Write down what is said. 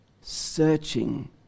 searching